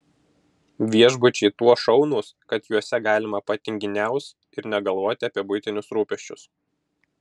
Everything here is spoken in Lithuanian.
viešbučiai tuo šaunūs kad juose galima patinginiaus ir negalvoti apie buitinius rūpesčius